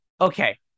okay